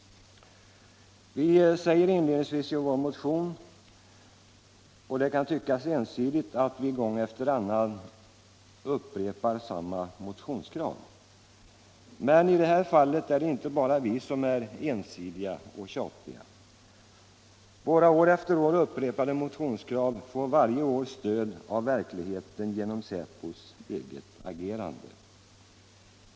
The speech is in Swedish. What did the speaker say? Vi säger inledningsvis i vår motion att det kan tyckas ensidigt att gång efter annan upprepa samma motionskrav, men i det här fallet är det inte bara vi som är ensidiga och tjatiga. Våra år efter år upprepade motionskrav får varje år stöd av verkligheten genom säpos eget agerande.